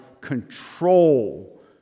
control